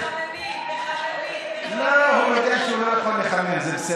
איך תמיד ש"ס מחממים, מחממים, מחממים.